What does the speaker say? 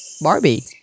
Barbie